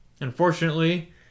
unfortunately